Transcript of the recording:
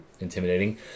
intimidating